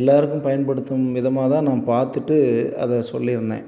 எல்லோருக்கும் பயன்படுத்தும் விதமாக தான் நான் பார்த்துட்டு அதை சொல்லிருந்தேன்